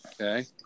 Okay